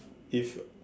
if